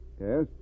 yes